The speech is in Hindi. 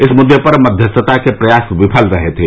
इस मुद्दे पर मध्यस्थता के प्रयास विफल रहे थे